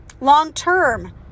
long-term